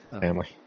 family